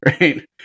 Right